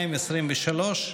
התשפ"ד 2023,